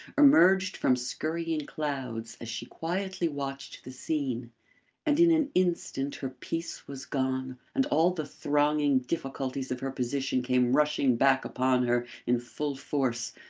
emerged from skurrying clouds as she quietly watched the scene and in an instant her peace was gone and all the thronging difficulties of her position came rushing back upon her in full force,